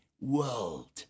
world